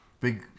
Big